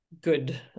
good